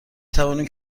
توانیم